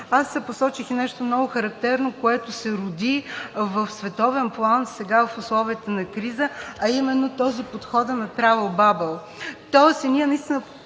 посочих и нещо много характерно, което се роди в световен план, сега в условията на криза, а именно този – подходът на Травъл бабъл.